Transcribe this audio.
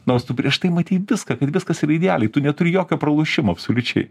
nors tu prieš tai matei viską kad viskas yra idealiai tu neturi jokio pralošimo absoliučiai